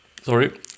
sorry